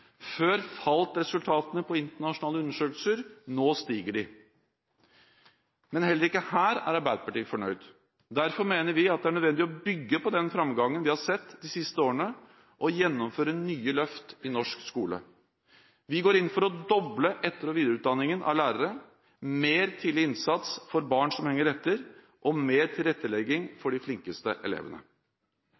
Før falt resultatene på internasjonale undersøkelser. Nå stiger de. Men heller ikke her er Arbeiderpartiet fornøyd. Derfor mener vi det er nødvendig å bygge på den framgangen vi har sett de siste årene, og gjennomføre nye løft i norsk skole. Vi går inn for å doble etter- og videreutdanningen av lærere, mer tidlig innsats for barn som henger etter og mer tilrettelegging for de flinkeste elevene.